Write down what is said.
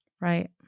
Right